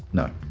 no.